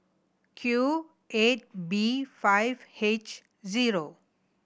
Q eight B five H zero